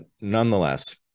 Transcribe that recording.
nonetheless